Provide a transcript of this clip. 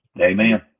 Amen